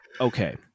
okay